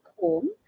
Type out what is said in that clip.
home